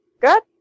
Good